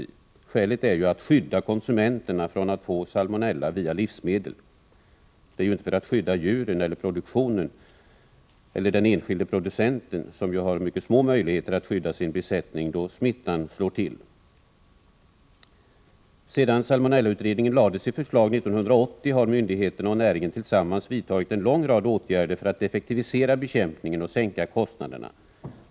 Det man vill är ju att skydda konsumenterna från att få salmonella via livsmedel — inte att skydda djuren, produktionen eller de enskilda producenterna, som har mycket små möjligheter att skydda sina besättningar då smittan slår till. Sedan salmonellautredningen lade fram sina förslag 1980 har myndigheterna och näringen tillsammans vidtagit en lång rad åtgärder för att effektivisera bekämpningen och sänka kostnaderna.